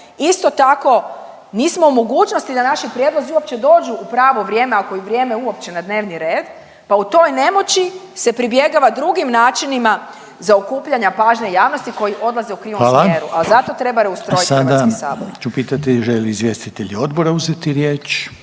Isto tako nismo u mogućnosti da naši prijedlozi uopće dođu u pravo vrijeme, ako i vrijeme uopće na dnevni red. Pa u toj nemoći se pribjegava drugim načinima zaokupljanja pažnje javnosti koji odlaze u krivom smjeru. …/Upadica Reiner: Hvala./… a zato treba reustrojiti Hrvatski sabor. **Reiner, Željko (HDZ)** A sada ću pitati žele li izvjestitelji Odbora uzeti riječ.